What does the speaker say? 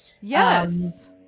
yes